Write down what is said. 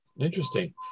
Interesting